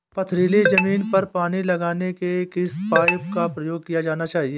पथरीली ज़मीन पर पानी लगाने के किस पाइप का प्रयोग किया जाना चाहिए?